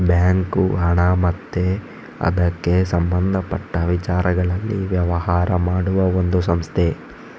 bank ಹಣ ಮತ್ತೆ ಅದಕ್ಕೆ ಸಂಬಂಧಪಟ್ಟ ವಿಚಾರಗಳಲ್ಲಿ ವ್ಯವಹಾರ ಮಾಡುವ ಒಂದು ಸಂಸ್ಥೆ